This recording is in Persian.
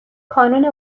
کانون